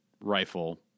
rifle